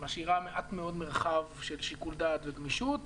שמשאירה מעט מאוד מרחב של שיקול דעת וגמישות,